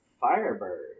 Firebird